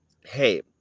hey